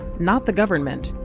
not the government.